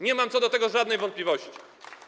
Nie mam co do tego żadnych wątpliwości.